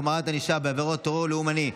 החמרת ענישה בעבירות טרור לאומני),